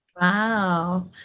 wow